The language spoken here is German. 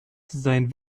seien